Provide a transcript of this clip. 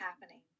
happening